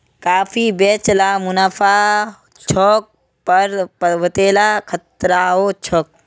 काफी बेच ल मुनाफा छोक पर वतेला खतराओ छोक